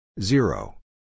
Zero